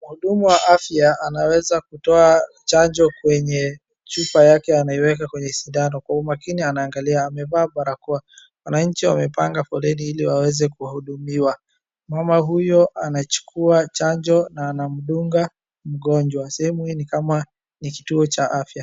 Mhudumu wa afya anaweza kutoa chanjo kwenye chupa yake anaiweka kwenye sindano. Kwa umakini anaangalia. Amevaa barakoa. Wananchi wamepananga foleni iliwaweze kuhudumiwa. Mama huyo anachukua chanjo na anamdunga mgonjwa. Sehemu hii ni kama ni kituo cha afya.